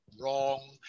wrong